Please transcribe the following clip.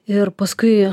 ir paskui